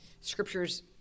scriptures